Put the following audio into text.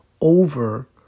over